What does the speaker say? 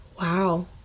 Wow